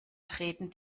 treten